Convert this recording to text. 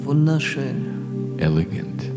Elegant